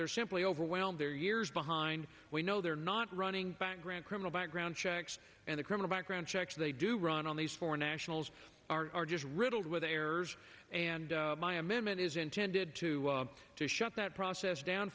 they are simply overwhelmed they're years behind we know they're not running background criminal background checks and the criminal background checks they do run on these foreign nationals are just riddled with errors and my amendment is intended to shut that process down